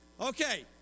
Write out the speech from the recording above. okay